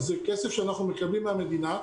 זה כסף שאנחנו מקבלים מהמדינה.